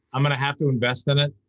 i'm going to have to invest in it.